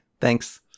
Thanks